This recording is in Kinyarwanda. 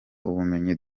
ubumenyi